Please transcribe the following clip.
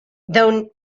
though